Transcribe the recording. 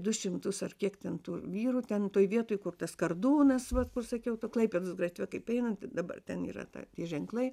du šimtus ar kiek ten tų vyrų ten toj vietoj kur tas kardūnas vat kur sakiau ta klaipėdos gatve kaip einant dabar ten yra ta tie ženklai